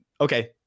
okay